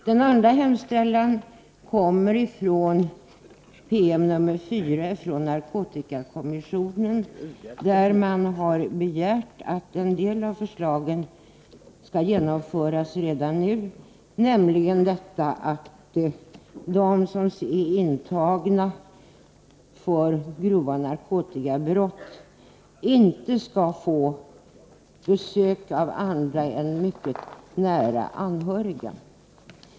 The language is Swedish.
Det andra kravet ställs i PM nr 4 från narkotikakommissionen, vari begärs att en del av förslagen skall genomföras redan nu, nämligen detta att de som är intagna för grova narkotikabrott inte skall få besök av andra än mycket nära anhöriga.